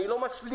אני לא משלים.